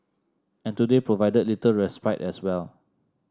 and today provided little respite as well